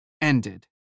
ended